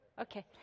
Okay